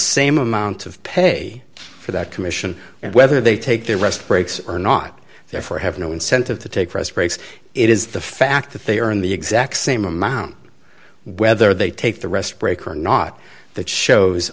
same amount of pay for that commission and whether they take their rest breaks or not therefore have no incentive to take rest breaks it is the fact that they are in the exact same amount whether they take the rest break or not that shows